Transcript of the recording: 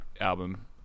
album